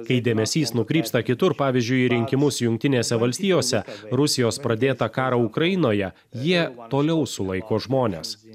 kai dėmesys nukrypsta kitur pavyzdžiui į rinkimus jungtinėse valstijose rusijos pradėtą karą ukrainoje jie toliau sulaiko žmones